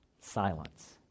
silence